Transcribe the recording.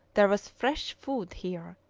there was fresh food here,